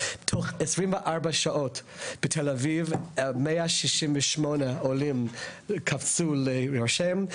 תוך 24 שעות בתל אביב 168 עולים קפצו להירשם,